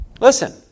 Listen